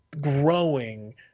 growing